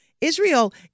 Israel